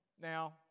Now